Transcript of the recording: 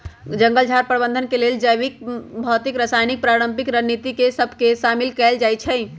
जंगल झार प्रबंधन के लेल जैविक, भौतिक, रासायनिक, पारंपरिक रणनीति सभ के शामिल कएल जाइ छइ